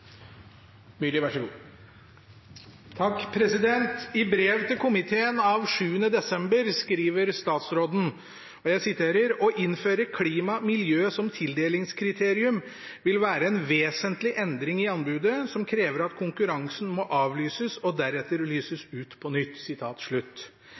I brev til komiteen av 7. desember skriver statsråden at å innføre klima og miljø som tildelingskriterium vil være en vesentlig endring i anbudet, som krever at konkurransen må avlyses og deretter lyses